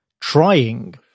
trying